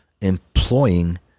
employing